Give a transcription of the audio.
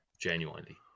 genuinely